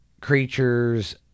creatures